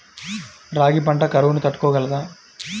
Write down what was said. రాగి పంట కరువును తట్టుకోగలదా?